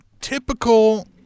typical